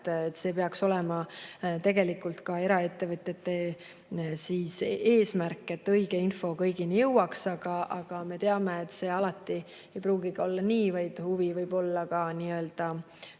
See peaks olema tegelikult ka eraettevõtjate eesmärk, et õige info kõigini jõuaks, aga me teame, et see alati ei pruugi olla nii, vaid huvi võib olla ka saada